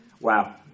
Wow